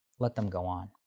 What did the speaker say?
let them go on.